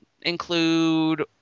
include